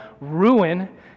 ruin